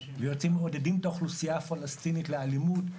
והם מעודדים את האוכלוסייה הפלסטינית לאלימות,